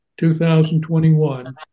2021